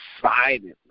decidedly